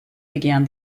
began